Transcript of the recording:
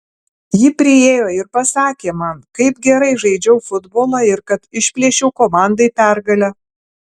ji priėjo ir pasakė man kaip gerai žaidžiau futbolą ir kad išplėšiau komandai pergalę